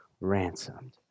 ransomed